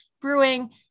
brewing